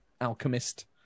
alchemist